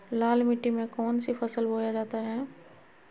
लाल मिट्टी में कौन सी फसल बोया जाता हैं?